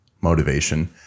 motivation